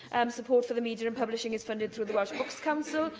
support for the media and publishing is funded through the welsh books council,